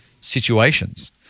situations